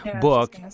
book